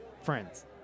friends